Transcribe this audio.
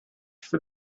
for